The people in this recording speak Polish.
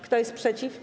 Kto jest przeciw?